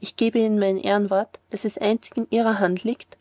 ich gebe ihnen mein ehrenwort daß es einzig in ihrer hand liegt